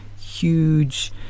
huge